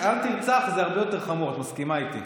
"לא תרצח" זה הרבה יותר חמור, את מסכימה איתי.